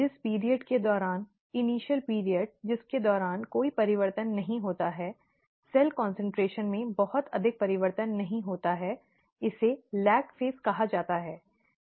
जिस अवधि के दौरान प्रारंभिक अवधि जिसके दौरान कोई परिवर्तन नहीं होता है सेल कान्सन्ट्रेशन में बहुत अधिक परिवर्तन नहीं होता है इसे लैग चरण'lag phase' कहा जाता है